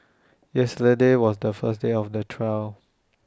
yesterday was the first day of the trial